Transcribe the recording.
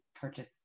purchase